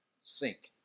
sink